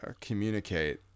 communicate